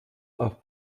auf